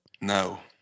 No